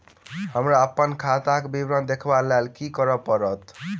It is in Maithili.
हमरा अप्पन खाताक विवरण देखबा लेल की करऽ पड़त?